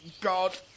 God